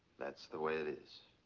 that's the way it is,